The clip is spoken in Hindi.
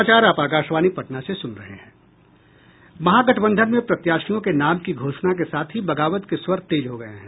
महागठबंधन में प्रत्याशियों के नाम की घोषणा के साथ ही बगावत के स्वर तेज हो गये हैं